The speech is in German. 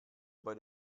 bei